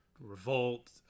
revolt